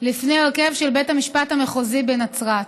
בפני הרכב של בית המשפט המחוזי בנצרת.